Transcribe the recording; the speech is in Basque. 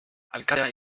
alkatea